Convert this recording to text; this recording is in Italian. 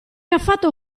affatto